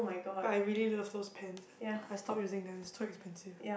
but I really love those pens ah I stopped using them it's too expensive